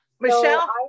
Michelle